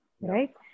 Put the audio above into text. right